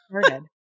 started